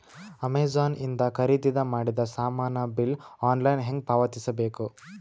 Amazon ಇಂದ ಖರೀದಿದ ಮಾಡಿದ ಸಾಮಾನ ಬಿಲ್ ಆನ್ಲೈನ್ ಹೆಂಗ್ ಪಾವತಿಸ ಬೇಕು?